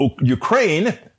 ukraine